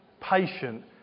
Patient